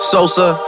Sosa